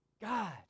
God